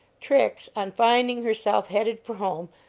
trix, on finding herself headed for home,